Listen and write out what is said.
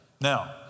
Now